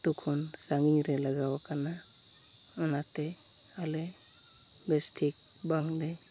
ᱟᱹᱛᱩᱠᱷᱚᱱ ᱥᱟᱺᱜᱤᱧᱨᱮ ᱞᱟᱜᱟᱣ ᱟᱠᱟᱱᱟ ᱚᱱᱟᱛᱮ ᱟᱞᱮ ᱵᱮᱥᱴᱷᱤᱠ ᱵᱟᱝᱞᱮ